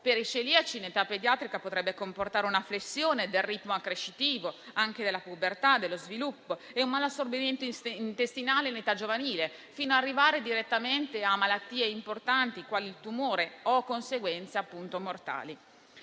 Per i celiaci in età pediatrica, ciò potrebbe comportare una flessione del ritmo accrescitivo, un ritardo della pubertà e dello sviluppo e un malassorbimento intestinale in età giovanile, fino ad arrivare direttamente a malattie importanti quali il tumore o a conseguenze appunto